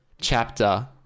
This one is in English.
chapter